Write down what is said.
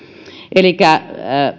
elikkä